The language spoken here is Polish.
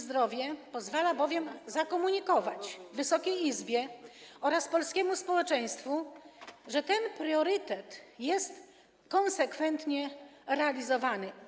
Zdrowie pozwala bowiem zakomunikować Wysokiej Izbie oraz polskiemu społeczeństwu, że te priorytety są konsekwentnie realizowane.